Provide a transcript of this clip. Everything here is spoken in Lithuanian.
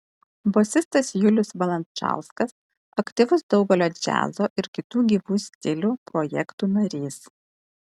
bosistas julius valančauskas aktyvus daugelio džiazo ir kitų gyvų stilių projektų narys